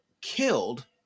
killed